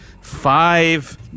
five